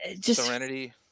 Serenity